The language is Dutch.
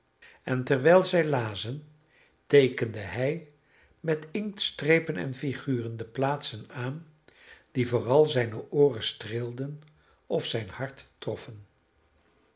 en terwijl zij lazen teekende hij met inktstrepen en figuren de plaatsen aan die vooral zijne ooren streelden of zijn hart troffen